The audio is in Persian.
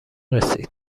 رسید